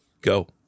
Go